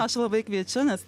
aš labai kviečiu nes